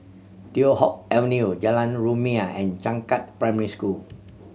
Teow Hock Avenue Jalan Rumia and Changkat Primary School